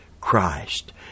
Christ